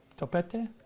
Topete